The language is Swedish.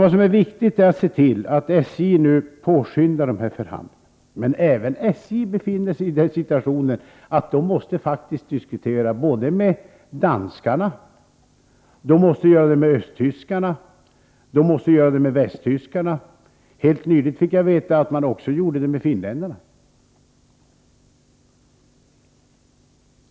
Vad som är viktigt är att se till att SJ nu påskyndar dessa förhandlingar. Men även SJ befinner sig i den situationen att man måste diskutera med danskarna, östtyskarna och västtyskarna. Helt nyligen fick jag veta att detta också gäller finnländarna.